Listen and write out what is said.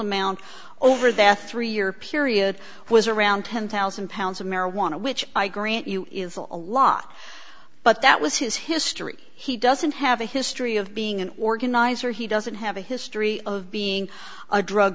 amount over that three year period was around ten thousand pounds of marijuana which i grant you a lot but that was his history he doesn't have a history of being an organizer he doesn't have a history of being a drug